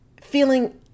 feeling